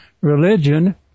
religion